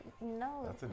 no